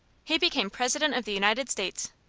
he became president of the united states.